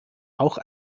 auch